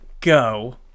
go